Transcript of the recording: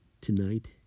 Tonight